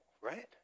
right